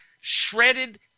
shredded